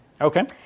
Okay